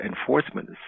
enforcement